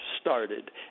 started